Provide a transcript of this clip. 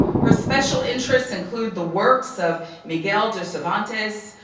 her special interests include the works of miguel de cervantes,